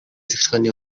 захиргааны